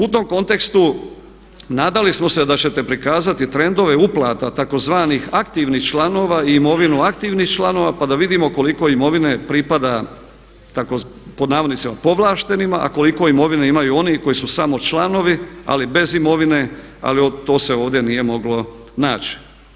U tom kontekstu nadali smo se da ćete prikazati trendove uplata tzv. aktivnih članova i imovinu aktivnih članova pa da vidimo koliko imovine pripada pod navodnicima povlaštenima a koliko imovine imaju oni koji su samo članovi ali bez imovine ali to se ovdje nije moglo naći.